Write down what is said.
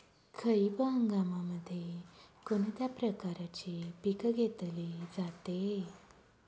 खरीप हंगामामध्ये कोणत्या प्रकारचे पीक घेतले जाते?